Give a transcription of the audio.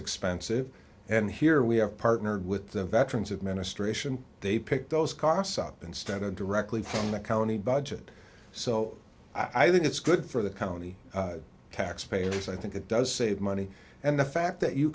expenses and here we have partnered with the veterans administration they pick those costs up instead of directly from the county budget so i think it's good for the county taxpayers i think it does save money and the fact that you